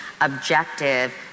objective